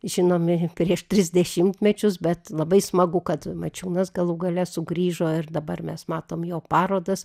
žinomi prieš tris dešimtmečius bet labai smagu kad mačiūnas galų gale sugrįžo ir dabar mes matom jo parodas